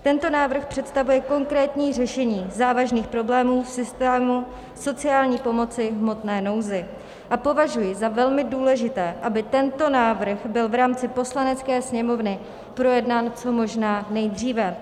Tento návrh představuje konkrétní řešení závažných problémů v systému sociální pomoci v hmotné nouzi a považuji za velmi důležité, aby tento návrh byl v rámci Poslanecké sněmovny projednán co možná nejdříve.